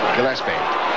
Gillespie